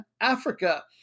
Africa